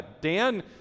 Dan